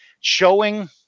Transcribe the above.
showing